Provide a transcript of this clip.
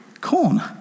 Corn